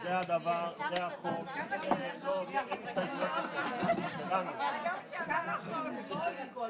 זה כמו לנסוע במטוס ויש המון